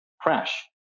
crash